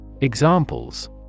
Examples